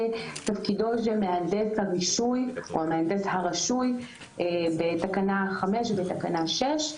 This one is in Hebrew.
מדובר על תפקידו של המהנדס הרשוי בתקנה 5 ו-6.